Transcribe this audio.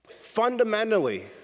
Fundamentally